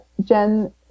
Jen